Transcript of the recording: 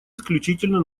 исключительно